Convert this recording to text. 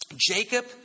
Jacob